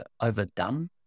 overdone